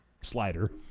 slider